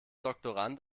doktorand